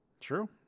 True